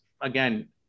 again